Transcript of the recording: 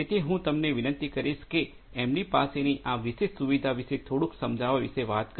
તેથી હું તમને વિનંતી કરીશ કે એમની પાસેની આ વિશેષ સુવિધા વિશે થોડુંક સમજાવવા વિશે વાત કરે